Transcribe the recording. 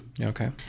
Okay